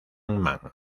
mann